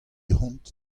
hont